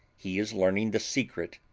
he is learning the secret,